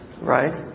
Right